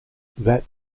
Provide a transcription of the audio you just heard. that